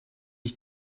ich